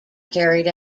carried